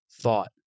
thought